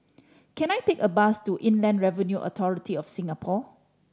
can I take a bus to Inland Revenue Authority of Singapore